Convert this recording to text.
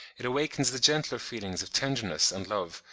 it awakens the gentler feelings of tenderness and love,